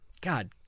God